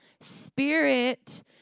Spirit